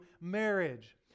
marriage